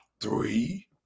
three